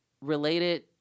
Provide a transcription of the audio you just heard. related